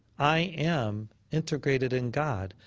i am integrated in god.